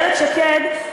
איילת שקד,